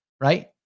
right